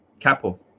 capo